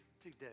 today